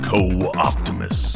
Co-Optimus